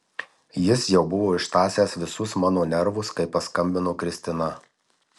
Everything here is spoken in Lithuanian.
jis jau buvo ištąsęs visus mano nervus kai paskambino kristina